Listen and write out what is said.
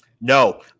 No